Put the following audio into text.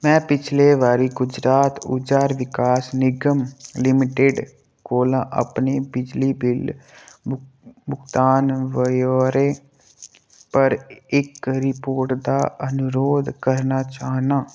में पिछले बारी गुजरात ऊर्जा विकास निगम लिमिटेड कोला अपने बिजली बिल भुगतान ब्यौरे पर इक रिपोर्ट दा अनुरोध करना चाह्न्नां